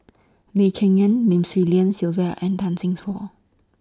Lee Cheng Yan Lim Swee Lian Sylvia and Tan Seng